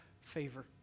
favor